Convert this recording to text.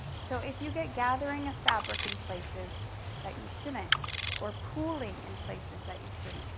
so if you get gathering a fabric in places that you shouldn't or pooling in places that you shouldn't,